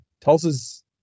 Tulsa's